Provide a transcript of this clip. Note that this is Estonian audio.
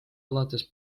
alates